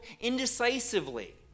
indecisively